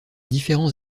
différents